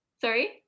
sorry